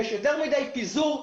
יש יותר מדיי פיזור.